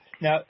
Now